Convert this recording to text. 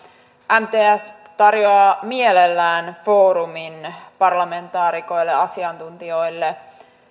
mts tarjoaa mielellään foorumin parlamentaarikoille ja asiantuntijoille